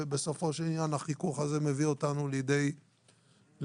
ובסופו של עניין החיכוך הזה מביא אותנו לידי שיפור.